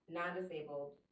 non-disabled